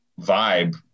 vibe